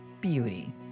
beauty